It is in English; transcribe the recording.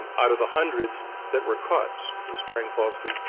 um out of the hundreds that were caught swearing falsely,